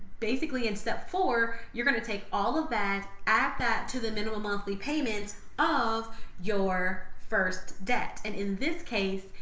basically in step four, you're going to take all of that, add that to the minimum monthly payment of your first debt. and in this case,